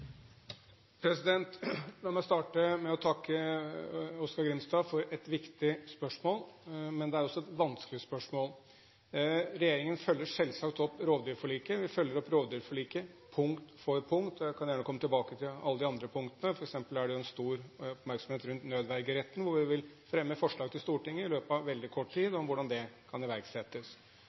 La meg starte med å takke Oskar J. Grimstad for et viktig spørsmål, men det er også et vanskelig spørsmål. Regjeringen følger selvsagt opp rovdyrforliket. Vi følger opp rovdyrforliket punkt for punkt, og jeg kan gjerne komme tilbake til alle de andre punktene. For eksempel er det jo stor oppmerksomhet rundt nødvergeretten, og vi vil fremme forslag til Stortinget i løpet av veldig kort tid om hvordan den kan iverksettes.